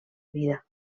vida